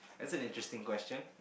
that's an interesting question